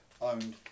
owned